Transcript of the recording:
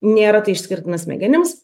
nėra tai išskirtina smegenims